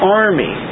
army